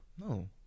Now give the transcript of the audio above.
No